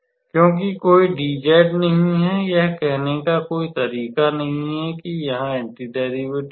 क्योंकि कोई dz नहीं है यह कहने का कोई तरीका नहीं है कि यहाँ एंटी डेरिवेटिव है